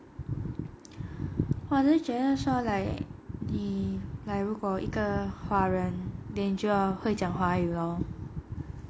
我只是觉得说 like 你 like 如果一个华人就要会讲华语 lor